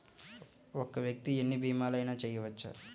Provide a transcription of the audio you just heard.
ఒక్క వ్యక్తి ఎన్ని భీమలయినా చేయవచ్చా?